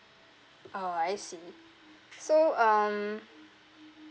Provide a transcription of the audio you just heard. oh I see so um